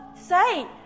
say